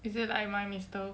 is it like my mister